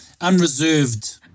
Unreserved